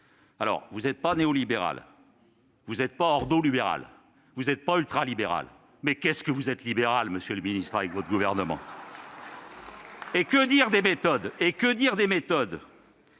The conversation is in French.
Vous n'êtes pas néolibéral, vous n'êtes pas ordolibéral, vous n'êtes pas ultralibéral ... Mais qu'est-ce que vous êtes libéral, monsieur le ministre ! Que dire des méthodes ?